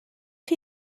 chi